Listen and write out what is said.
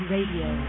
Radio